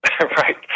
Right